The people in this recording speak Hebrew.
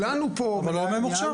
בסדר, אבל לא ממוחשב.